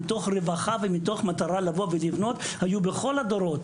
מתוך רווחה ומתוך מטרה לבוא ולבנות היו בכל הדורות,